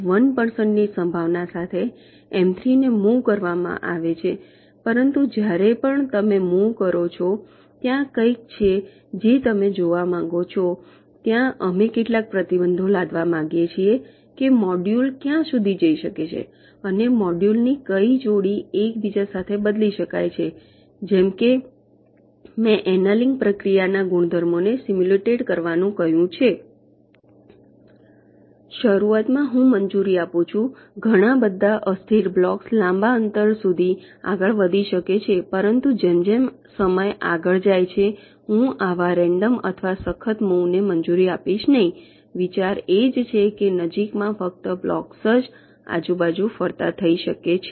1 ની સંભાવના સાથે એમ 3 ને મુવ કરવામાં આવે છે પરંતુ જ્યારે પણ તમે મુવ કરો છો ત્યાં કંઈક છે જે તમે જોવા માંગો છો ત્યાં અમે કેટલાક પ્રતિબંધો લાદવા માગીએ છીએ કે મોડ્યુલ ક્યાં સુધી જઈ શકે છે અને મોડ્યુલ ની કઈ જોડી એકબીજા સાથે બદલી શકાય છે જેમ કે મેં એનલેંગ પ્રક્રિયા ના ગુણધર્મોને સિમ્યુલેટ કરવાનું કહ્યું છે શરૂઆતમાં હું મંજૂરી આપું છું ઘણા બધા અસ્થિર બ્લોક્સ લાંબા અંતર સુધી આગળ વધી શકે છે પરંતુ જેમ જેમ સમય આગળ જાય છે હું આવા રેન્ડમ અથવા સખત મુવ ને મંજૂરી આપીશ નહીં વિચાર એ જ છે કે નજીકમાં ફક્ત બ્લોક્સ જ આજુબાજુ ફરતા થઈ શકે છે